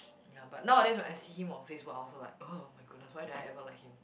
ya but nowadays when I see him on Facebook I also like !ugh! my goodness why did I ever like him